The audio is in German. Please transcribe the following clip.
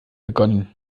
begonnen